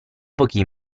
pochi